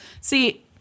see